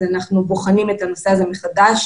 אנחנו בוחנים את הנושא הזה מחדש.